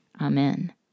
Amen